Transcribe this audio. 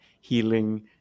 healing